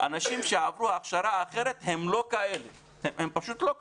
אנשים שעברו הכשרה אחרת הם פשוט לא כאלה.